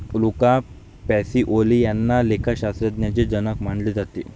Luca Pacioli यांना लेखाशास्त्राचे जनक मानले जाते